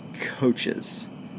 coaches